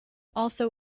also